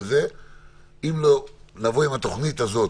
ונבוא עם התוכנית הזו,